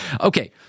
Okay